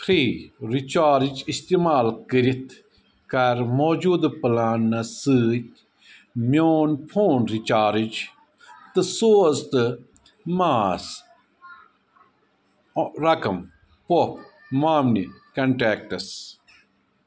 free recharge استعمال کٔرِتھ کَر موجوٗدٕ پلانہٕ سۭتۍ میون فون رِچارٕج تہٕ سوز تہٕ ماس اَ رقم پۄپھ مامنہِ کنٹیکٹَس